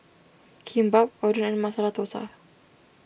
Kimbap Oden and Masala Dosa